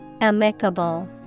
Amicable